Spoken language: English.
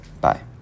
bye